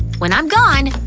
when i'm gone,